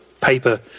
paper